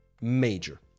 major